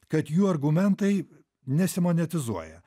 kad jų argumentai nesimonetizuoja